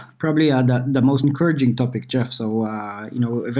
probably ah and the most encouraging topic, jeff. so ah you know